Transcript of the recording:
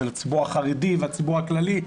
זה לציבור החרדי וציבור הכללי,